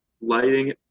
lighting